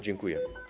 Dziękuję.